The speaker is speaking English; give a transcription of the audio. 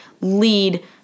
lead